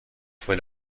fue